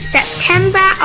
September